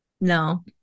No